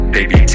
Baby